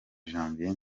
janvier